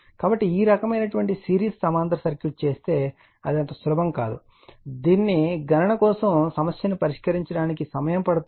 కాబట్టి ఈ రకమైన సిరీస్ సమాంతర సర్క్యూట్ను చేస్తే అది అంత సులభం కాదు దీనికి గణన కోసం సమస్య ను పరిష్కరించడానికి సమయం పడుతుంది